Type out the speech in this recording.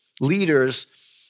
leaders